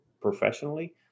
professionally